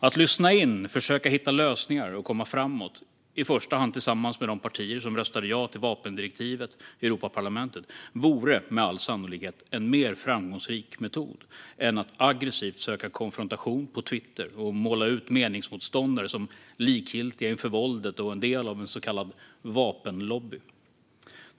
Att lyssna in, försöka hitta lösningar och komma framåt, i första hand tillsammans med de partier som röstade ja till vapendirektivet i Europaparlamentet, vore med all sannolikhet en mer framgångsrik metod än att aggressivt söka konfrontation på Twitter och måla upp meningsmotståndare som likgiltiga inför våldet och en del av en så kallad vapenlobby.